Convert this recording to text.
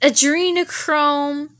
Adrenochrome